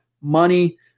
money